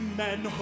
men